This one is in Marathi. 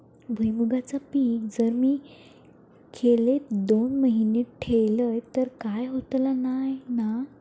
भुईमूगाचा पीक जर मी खोलेत दोन महिने ठेवलंय तर काय होतला नाय ना?